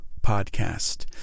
Podcast